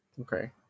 Okay